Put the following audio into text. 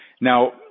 Now